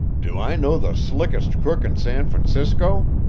do i know the slickest crook in san francisco?